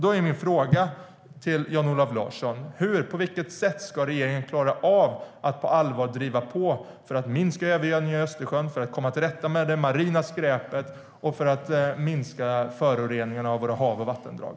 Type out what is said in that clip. Då är min fråga till Jan-Olof Larsson: På vilket sätt ska regeringen klara av att på allvar driva på för att minska övergödningen i Östersjön, för att komma till rätta med det marina skräpet och för att minska föroreningarna av våra hav och vattendrag?